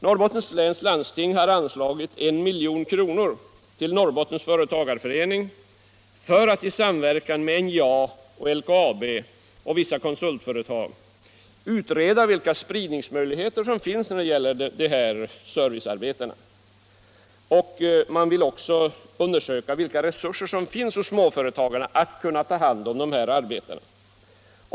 Norrbottens landsting har anslagit 1 milj.kr. till Norrbottens företagareförening för att i samverkan med LKAB, NJA och vissa konsultföretag utreda vilka spridningsmöjligheter som finns när det gäller dessa servicearbeten. Man vill också undersöka vilka resurser småföretagen har att ta hand om arbetena.